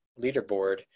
leaderboard